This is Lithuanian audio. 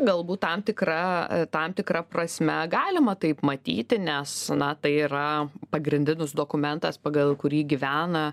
galbūt tam tikra tam tikra prasme galima taip matyti nes na tai yra pagrindinis dokumentas pagal kurį gyvena